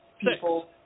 people